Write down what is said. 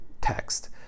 text